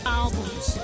albums